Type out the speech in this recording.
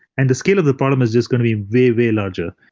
and the scale of the problem is just going to be very, very larger.